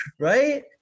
Right